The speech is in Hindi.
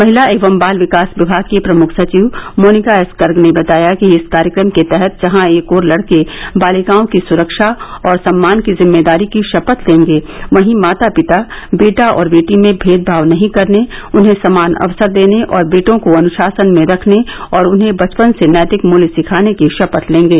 महिला एवं बाल विकास विभाग की प्रमुख सचिव मोनिका एस गर्ग ने बताया कि इस कार्यक्रम के तहत जहां एक ओर लड़के बालिकाओं की सुरक्षा और सम्मान की जिम्मेदारी की पथ लेंगे वहीं माता पिता बेटा और बेटी में भेदभाव नहीं करने उन्हें समान अवसर देने और बेटों को अनुशासन में रखने और उन्हें बचपन से नैतिक मूल्य सिखाने की ापथ लेंगे